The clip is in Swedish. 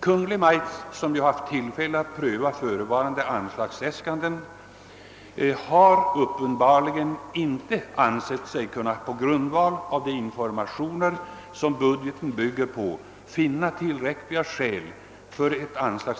Kungl. Maj:t, som haft tillfälle att pröva vederbörande anslagsäskanden, har uppenbarligen inte, med ledning av de informationer budgeten bygger på, funnit tillräckliga skäl att förorda ett anslag